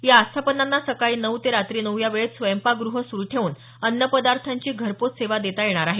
या आस्थापनांना सकाळी नऊ ते रात्री नऊ या वेळेत स्वयंपाकगृह सुरु ठेवून अन्न पदार्थांची घरपोच सेवा देता येणार आहे